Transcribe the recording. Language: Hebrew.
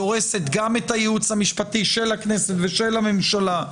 דורסת גם את הייעוץ המשפטי של הכנסת ושל הממשלה,